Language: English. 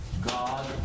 God